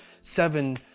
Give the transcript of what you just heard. seven